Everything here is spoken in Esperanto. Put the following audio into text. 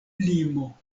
limo